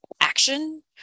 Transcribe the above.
action